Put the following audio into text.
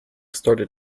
started